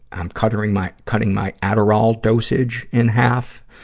i'm cuttering my, cutting my adderall dosage in half.